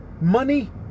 money